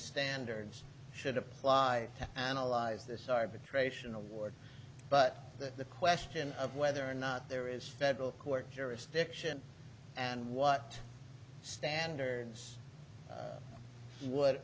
standards should apply analyze this arbitration award but that the question of whether or not there is federal court jurisdiction and what standards what